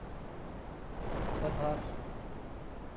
ᱵᱚᱝᱥᱚ ᱫᱷᱚᱨ